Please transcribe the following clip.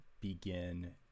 begin